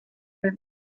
through